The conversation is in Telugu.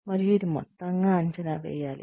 మరియు ఇది మొత్తంగా అంచనా వేయాలి